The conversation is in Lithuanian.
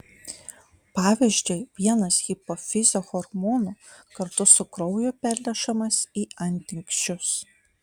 pavyzdžiui vienas hipofizio hormonų kartu su krauju pernešamas į antinksčius